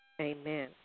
Amen